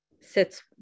sits